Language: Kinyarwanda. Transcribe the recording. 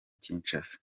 kinshasa